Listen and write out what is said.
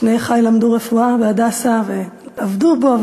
שני אחי למדו רפואה ב"הדסה" ועבדו בו,